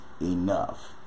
enough